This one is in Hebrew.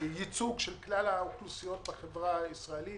הייצוג של כלל האוכלוסיות בחברה הישראלית,